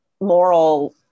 moral